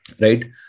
right